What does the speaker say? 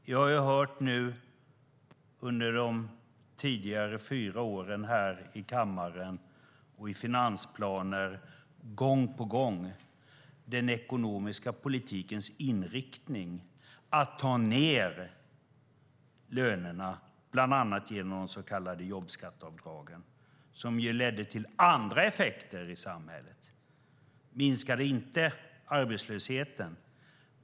Vi har under de tidigare fyra åren hört här i kammaren och i finansplaner gång på gång att den ekonomiska politikens inriktning är att ta ned lönerna bland annat genom de så kallade jobbskatteavdragen, som ledde till andra effekter i samhället. De minskade inte arbetslösheten.